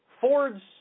Ford's